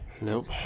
Nope